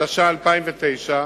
התש"ע 2009,